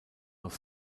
aus